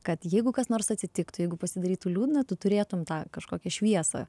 kad jeigu kas nors atsitiktų jeigu pasidarytų liūdna tu turėtum tą kažkokią šviesą